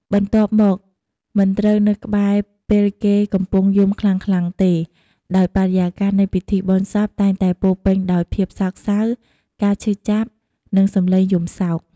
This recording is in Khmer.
បន្ទាប់មក មិនត្រូវនៅក្បែរពេលគេកំពុងយំខ្លាំងៗទេ ដោយបរិយាកាសនៃពិធីបុណ្យសពតែងតែពោរពេញដោយភាពសោកសៅ ការឈឺចាប់ និងសំឡេងយំសោក។